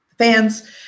fans